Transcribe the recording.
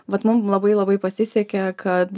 vat mum labai labai pasisekė kad